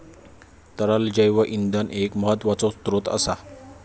तरल जैव इंधन एक महत्त्वाचो स्त्रोत असा